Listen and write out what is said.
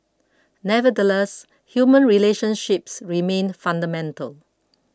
nevertheless human relationships remain fundamental